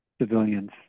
civilians